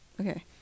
Okay